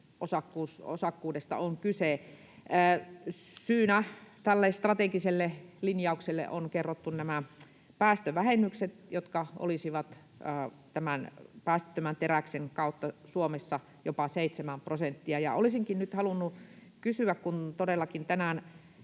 vähemmistöosakkuudesta on kyse. Syyksi tälle strategiselle linjaukselle on kerrottu nämä päästövähennykset, jotka olisivat päästöttömän teräksen kautta Suomessa jopa 7 prosenttia. Olisinkin nyt halunnut kysyä, kun todellakin tänään